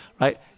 right